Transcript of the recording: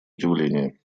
удивления